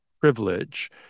privilege